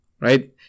right